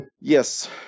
Yes